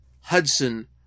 Hudson